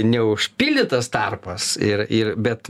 neužpildytas tarpas ir ir bet